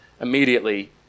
immediately